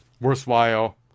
worthwhile